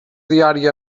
diària